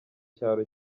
cyaro